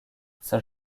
saint